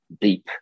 deep